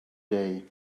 day